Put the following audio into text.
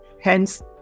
Hence